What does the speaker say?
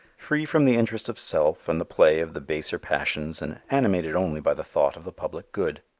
free from the interest of self and the play of the baser passions and animated only by the thought of the public good.